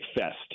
Fest